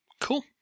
cool